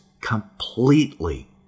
completely